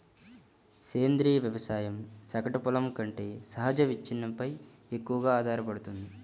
సేంద్రీయ వ్యవసాయం సగటు పొలం కంటే సహజ విచ్ఛిన్నంపై ఎక్కువగా ఆధారపడుతుంది